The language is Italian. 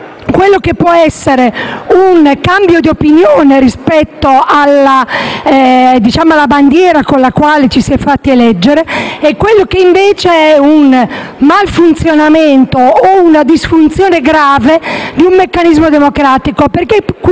- e che può essere un cambio di opinione rispetto alla bandiera con cui ci si è fatti eleggere e quello che, invece, è un malfunzionamento o disfunzione grave di un meccanismo democratico.